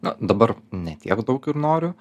na dabar ne tiek daug ir noriu